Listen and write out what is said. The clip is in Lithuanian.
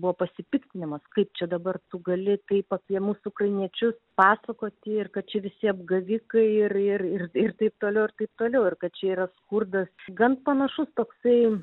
buvo pasipiktinimas kaip čia dabar tu gali taip apie mus ukrainiečius pasakoti ir kad čia visi apgavikai ir ir ir ir taip toliau ir taip toliau ir kad čia yra skurdas gan panašus toksai